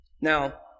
Now